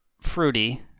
fruity